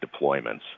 deployments